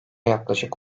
yaklaşık